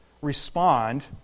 respond